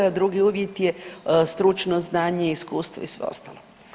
A drugi uvjet je stručno znanje, iskustvo i sve ostalo.